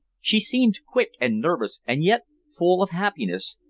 she seemed quick and nervous and yet full of happiness,